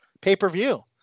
Pay-Per-View